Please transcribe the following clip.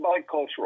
bicultural